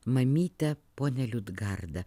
mamytę ponę liudgardą